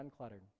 uncluttered